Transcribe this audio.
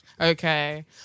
Okay